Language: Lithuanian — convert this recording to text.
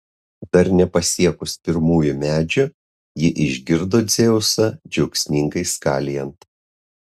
dar nepasiekus pirmųjų medžių ji išgirdo dzeusą džiaugsmingai skalijant